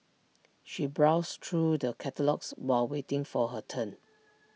she browsed through the catalogues while waiting for her turn